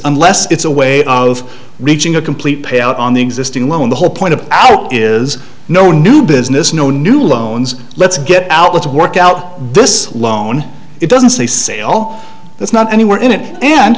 unless it's a way of reaching a complete payout on the existing loan the whole point of ours is no new business no new loans let's get out let's work out this loan it doesn't they say oh that's not anywhere